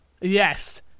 Yes